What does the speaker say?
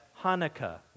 Hanukkah